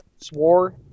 swore